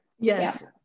Yes